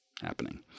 happening